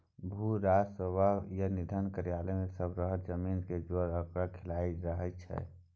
भू राजस्व आ निबंधन कार्यालय मे सब तरहक जमीन सँ जुड़ल आंकड़ा लिखल रहइ छै